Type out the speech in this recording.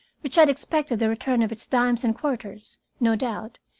which had expected the return of its dimes and quarters, no doubt,